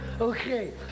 okay